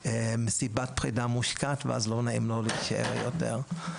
מסיבת פרידה מושקעת ואז לא נעים לו להישאר יותר.